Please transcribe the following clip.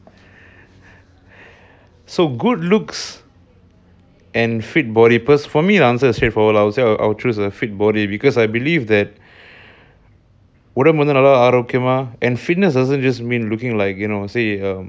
so good looks and fit body first for me the answer is straightforward lah I would choose a fit body because I believe that உடம்புவந்துநல்லாஆரோக்கியமா:udambu vandhu nalla arogyama and fitness doesn't just mean looking like you cannot say um